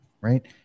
Right